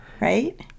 Right